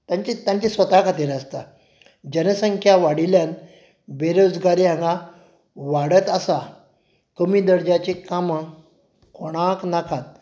तांचे स्वता खातीर आसता जनसंख्या वाडिल्ल्यान बेरोजगारी हांगा वाडत आसा कमी दर्ज्याचें कामां कोणाक नाकात